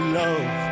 love